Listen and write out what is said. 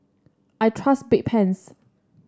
I trust Bedpans